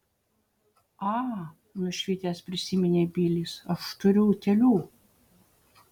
a nušvitęs prisiminė bilis aš turiu utėlių